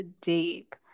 deep